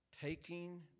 taking